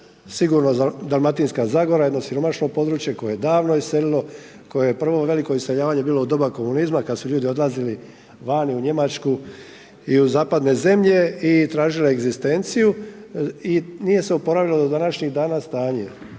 sigurno Dalmatinska zagora, jedno siromašno područje koje je davno iselilo, koje je prvo veliko iseljavanje bilo u doba komunizma kada su ljudi odlazili vani u Njemačku i u zapadne zemlje i tražili egzistenciju i nije se oporavilo do današnjih dana stanje.